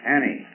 Annie